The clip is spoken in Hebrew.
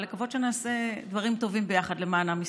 ולקוות שנעשה דברים טובים ביחד למען עם ישראל.